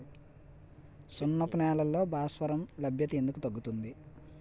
సున్నపు నేలల్లో భాస్వరం లభ్యత ఎందుకు తగ్గుతుంది?